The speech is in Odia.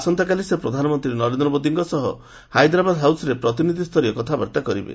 ଆସନ୍ତାକାଲି ସେ ପ୍ରଧାନମନ୍ତ୍ରୀ ନରେନ୍ଦ୍ର ମୋଦିଙ୍କ ସହ ହାଇଦ୍ରାବାଦ ହାଉସ୍ରେ ପ୍ରତିନିଧିସରୀୟ କଥାବାର୍ତ୍ତା କରିବେ